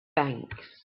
banks